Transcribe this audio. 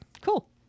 cool